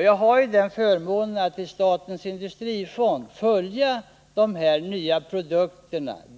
Jag har ju förmånen att i statens industrifond kunna följa de här nya produkterna.